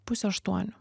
pusę aštuonių